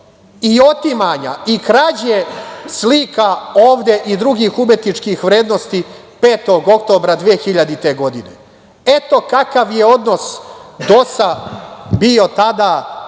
i otimanja i građe slika i drugih umetničkih vrednosti 5. oktobra 2000. godine. Eto kakav je odnos DOS-a bio tada,